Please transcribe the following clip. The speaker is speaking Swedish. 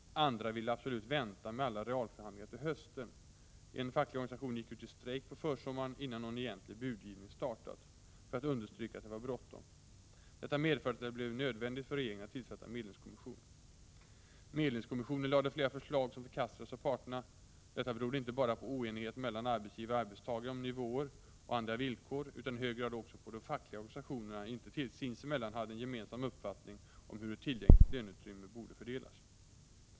Andra ville absolut vänta med alla realförhandlingar till hösten. En facklig organisation gick ut i strejk på försommaren innan någon egentlig budgivning startat, för att understryka att det var bråttom. Detta medförde att det blev nödvändigt för regeringen att tillsätta en medlingskommission. —- Medlingskommissionen lade fram flera förslag som förkastades av parterna. Detta berodde inte bara på oenighet mellan arbetsgivare och arbetstagare om nivåer och andra villkor utan i hög grad också på att de fackliga organisationerna inte sinsemellan hade en gemensam uppfattning om hur ett tillgängligt löneutrymme borde fördelas.